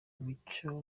mucyo